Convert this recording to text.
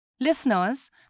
Listeners